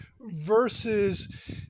versus